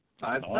Five